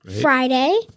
Friday